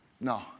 No